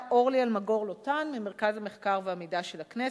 אורלי אלמגור לוטן ממרכז המחקר והמידע של הכנסת,